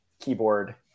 keyboard